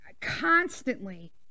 constantly